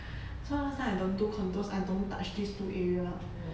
so last time I don't to contours I don't touch these two area